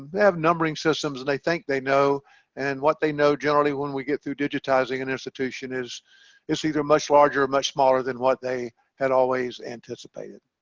have numbering systems and they think they know and what they know generally when we get through digitizing an institution is it's either much larger or much smaller than what they had always anticipated